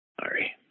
Sorry